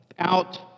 out